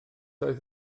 oedd